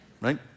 right